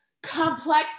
Complex